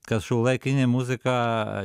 kad šiuolaikinė muzika